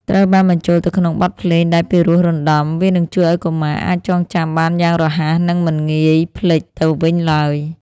ត្រូវបានបញ្ចូលទៅក្នុងបទភ្លេងដែលពិរោះរណ្តំ វានឹងជួយឱ្យកុមារអាចចងចាំបានយ៉ាងរហ័ស និងមិនងាយភ្លេចទៅវិញឡើយ។